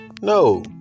No